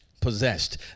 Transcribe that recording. possessed